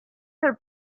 her